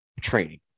training